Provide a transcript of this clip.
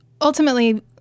ultimately